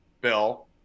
Bill